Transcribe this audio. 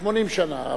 80 שנה.